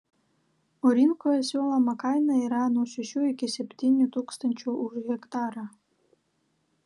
o rinkoje siūloma kaina yra nuo šešių iki septynių tūkstančių už hektarą